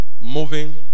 Moving